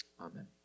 Amen